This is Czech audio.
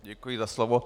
Děkuji za slovo.